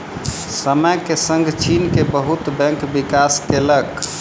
समय के संग चीन के बहुत बैंक विकास केलक